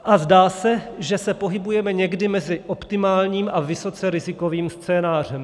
A zdá se, že se pohybujeme někde mezi optimálním a vysoce rizikovým scénářem.